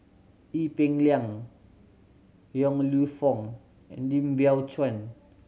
Ee Peng Liang Yong Lew Foong and Lim Biow Chuan